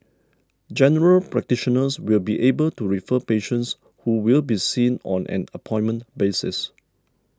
General Practitioners will be able to refer patients who will be seen on an appointment basis